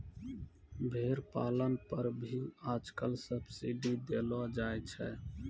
भेड़ पालन पर भी आजकल सब्सीडी देलो जाय छै